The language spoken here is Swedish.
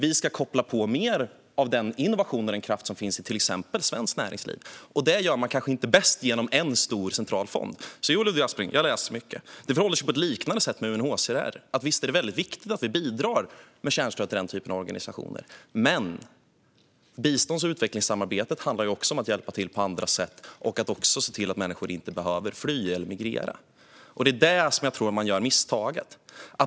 Vi ska koppla på mer av den innovation och kraft som finns i till exempel svenskt näringsliv. Det gör man kanske inte bäst genom en stor central fond. Jo, jag läser mycket, Ludvig Aspling. Det förhåller sig på ett liknande sätt med UNHCR. Visst är det väldigt viktigt att vi bidrar till den typen av organisationer. Men bistånds och utvecklingssamarbetet handlar också om att hjälpa till på andra sätt och att se till att människor inte behöver fly eller migrera. Det är där jag tror att man gör misstaget.